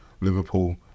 Liverpool